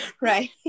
Right